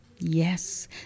Yes